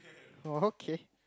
okay